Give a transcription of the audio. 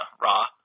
Raw